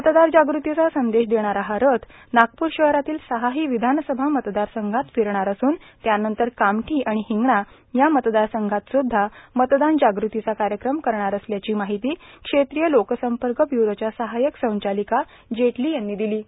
मतदार जागृतीचा संदेश देणारा हा रथ नागपूर शहरातील सहाही विधानसभा मतदारसंघात फिरणार असून त्यानंतर कामठी आणि हिंगणा या मतदारसंघात सुद्धा मतदान जागृतीचे कार्यक्रम करणार असल्याची माहिती क्षेत्रिय लोकसंपर्क ब्युरोच्या सहायक संचालिका जेटली यांनी दिली आहे